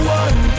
one